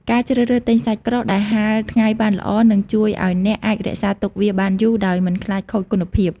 ការជ្រើសរើសទិញសាច់ក្រកដែលហាលថ្ងៃបានល្អ នឹងជួយឱ្យអ្នកអាចរក្សាទុកវាបានយូរដោយមិនខ្លាចខូចគុណភាព។